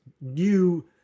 new